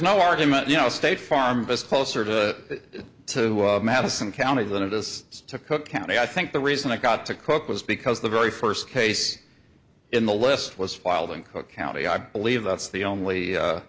no argument you know state farm best closer to to madison county than it is to cook county i think the reason i got to cook was because the very first case in the list was filed in cook county i believe that's the only